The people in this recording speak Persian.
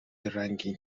رنگین